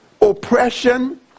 oppression